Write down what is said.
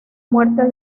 muerte